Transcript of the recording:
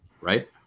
right